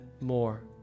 more